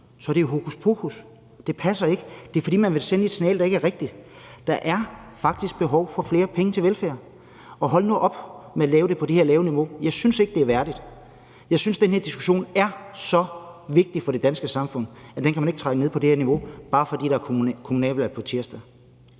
så er det hokuspokus. Det passer ikke. Det er, fordi man vil sende et signal om noget, der ikke er rigtigt. Der er faktisk behov for flere penge til velfærd. Og hold nu op med at holde det på det her lave niveau; jeg synes ikke, det er værdigt. Jeg synes, at den her diskussion er så vigtig for det danske samfund, at man ikke kan trække den ned på det her niveau, bare fordi der er kommunalvalg på tirsdag.